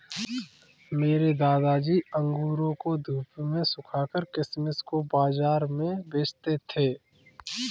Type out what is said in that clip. मेरे दादाजी अंगूरों को धूप में सुखाकर किशमिश को बाज़ार में बेचते थे